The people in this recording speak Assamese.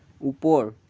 ওপৰ